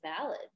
valid